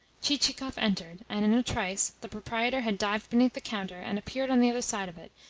chichikov entered, and in a trice the proprietor had dived beneath the counter, and appeared on the other side of it,